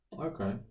Okay